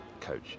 coach